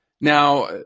Now